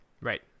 Right